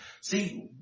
see